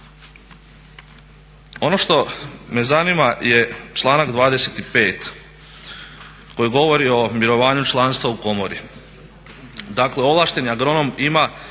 Ono što me zanima je članak 25. koji govori o mirovanju članstva u komori. Dakle ovlašteni agronom ima